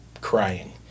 crying